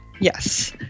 Yes